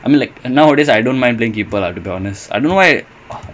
ya I mean err what's his name felix மட்டும் தான் விளையாடுவான்:mattum dhaan vilaiyaaduvaan